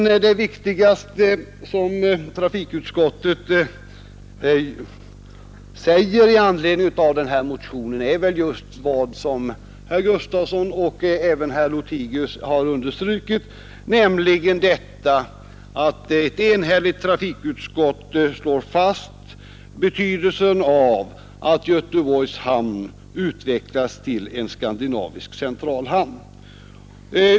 Det viktigaste är väl dock, vilket herr Gustafson i Göteborg och även herr Lothigius har påpekat, att ett enhälligt trafikutskott slår fast betydelsen av att Göteborgs hamn utvecklas till en skandinavisk centralhamn.